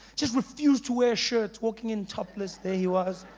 just refused to wear a shirt, walking in topless there he was,